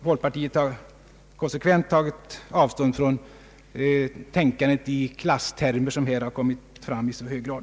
Folkpartiet har konsekvent tagit av stånd från det tänkande i klasstermer som här har kommit till uttryck i så hög grad.